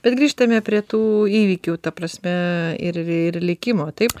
bet grįžtame prie tų įvykių ta prasme ir ir likimo taip